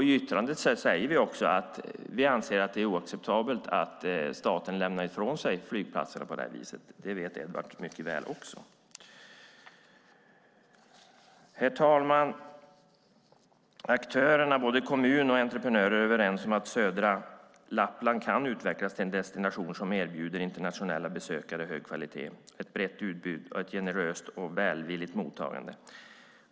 I yttrandet säger vi att vi anser att det är oacceptabelt att staten lämnar ifrån sig flygplatser på det här viset. Det vet Edward mycket väl. Fru talman! Aktörerna, både kommuner och entreprenörer, är överens om att södra Lappland kan utvecklas till en destination som erbjuder internationella besökare hög kvalitet, ett brett utbud och ett generöst och välvilligt mottagande.